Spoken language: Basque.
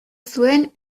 zuen